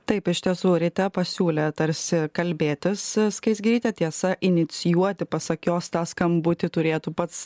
taip iš tiesų ryte pasiūlė tarsi kalbėtis skaisgirytė tiesa inicijuoti pasak jos tą skambutį turėtų pats